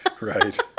Right